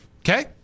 Okay